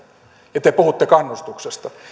ja te puhutte kannustuksesta